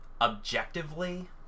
objectively